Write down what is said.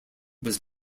was